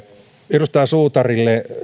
edustaja suutarille